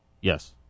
yes